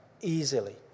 easily